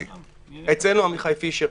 אצלנו עמיחי פישר.